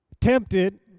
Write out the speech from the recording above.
tempted